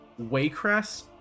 Waycrest